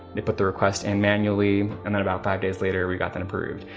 they put the request in manually. and then about five days later, we got that approved.